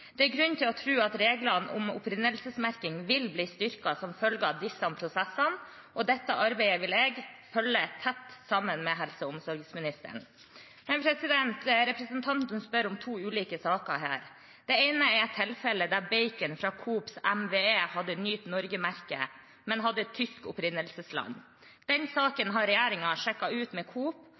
Det er grunn til å tro at reglene om opprinnelsesmerking vil bli styrket som følge av disse prosessene, og dette arbeidet vil jeg følge tett sammen med helse- og omsorgsministeren. Men representanten spør om to ulike saker her. Det ene er et tilfelle der bacon fra Coops EMV hadde Nyt Norge-merke, men hadde Tyskland som opprinnelsesland. Den saken har regjeringen sjekket ut med